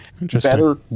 better